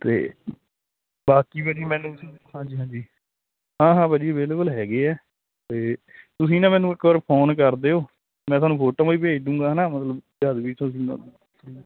ਤੇ ਬਾਕੀ ਭਾਅ ਜੀ ਮੈਨੂੰ ਹਾਂਜੀ ਹਾਂਜੀ ਹਾਂ ਹਾਂ ਭਾਅ ਜੀ ਅਵੇਲੇਬਲ ਹੈਗੇ ਆ ਤੇ ਤੁਸੀਂ ਨਾ ਮੈਨੂੰ ਇੱਕ ਵਾਰ ਫੋਨ ਕਰ ਦਿਓ ਮੈਂ ਤੁਹਾਨੂੰ ਫੋਟੋਆਂ ਵੀ ਭੇਜ ਦੂਗਾ ਹਨਾ ਮਤਲਬ ਜਦ ਵੀ ਤੁਸੀਂ